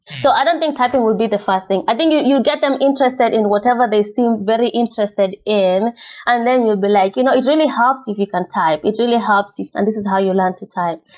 so i don't think typing will be the first thing. i think you get them interested in whatever they seem very interested in and then you'll be like, you know it really helps if you can type. it really helps if and this is how you learn to type.